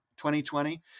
2020